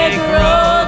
grow